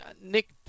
Nick